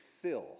fill